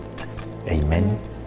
Amen